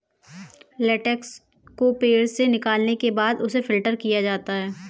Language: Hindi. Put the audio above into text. लेटेक्स को पेड़ से निकालने के बाद उसे फ़िल्टर किया जाता है